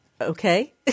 okay